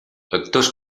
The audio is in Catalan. actors